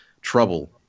trouble